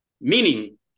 Meaning